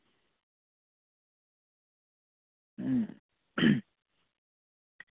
ᱦᱩᱸ